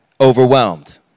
overwhelmed